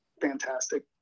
fantastic